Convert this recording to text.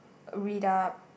read up